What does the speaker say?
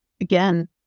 Again